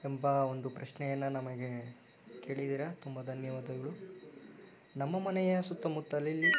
ಎಂಬ ಒಂದು ಪ್ರಶ್ನೆಯನ್ನನ್ನು ನಮ್ಮ ಮನೆಯ ಸುತ್ತಮುತ್ತಲಿಲ್